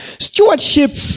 Stewardship